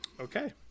Okay